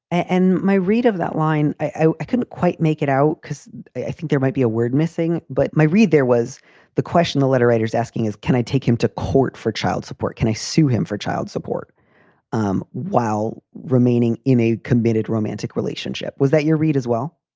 and my read of that line, i couldn't quite make it out because i think there might be a word missing. but my read there was the question the letter writers asking is, can i take him to court for child support? can i sue him for child support um while remaining in a committed romantic relationship? was that your read as well?